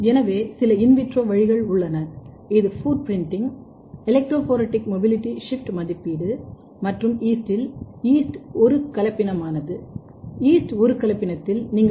எனவே சில in vitro வழிகள் உள்ளன இது footprinting electrophoretic mobility shift மதிப்பீடு மற்றும் ஈஸ்டில் ஈஸ்ட் ஒரு கலப்பினமானது ஈஸ்ட் ஒரு கலப்பினத்தில் நீங்கள் டி